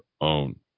own